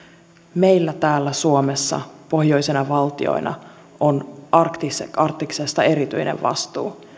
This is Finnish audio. meillä täällä suomessa pohjoisena valtiona on arktiksesta erityinen vastuu